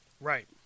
Right